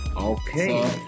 Okay